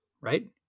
right